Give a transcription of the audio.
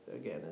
again